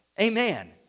Amen